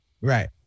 Right